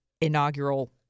inaugural